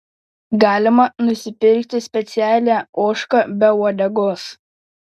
galima nusipirkti specialią ožką be uodegos